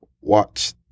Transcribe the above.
watch